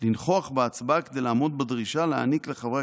לנכוח בהצבעה כדי לעמוד בדרישה להעניק לחברי